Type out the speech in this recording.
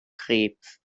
krebs